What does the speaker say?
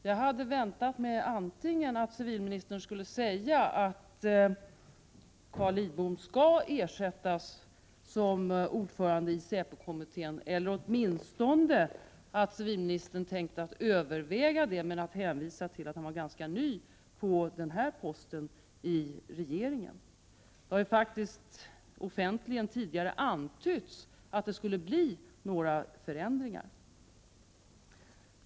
Jag hade väntat mig att civilministern skulle säga antingen att Carl Lidbom skall ersättas som ordförande i SÄPO-kommittén eller åtminstone att civilministern tänker överväga det men hänvisa till att han är ganska ny på den här posten i regeringen. Det har faktiskt tidigare offentligen antytts att det skulle bli några förändringar.